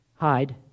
hide